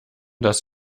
dass